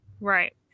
right